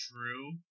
true